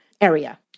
area